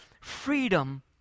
freedom